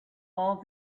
all